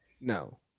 No